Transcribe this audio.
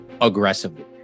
aggressively